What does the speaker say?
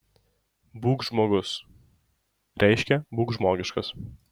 būk žmogus reiškia būk žmogiškas